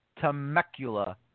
Temecula